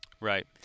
Right